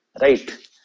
Right